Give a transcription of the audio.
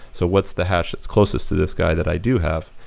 so what's the hash that's closest to this guy that i do have?